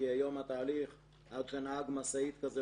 כי היום התהליך של נהג משאית כזה,